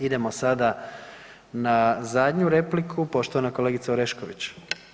Idemo sada na zadnju repliku, poštovana kolegica Orešković.